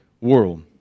world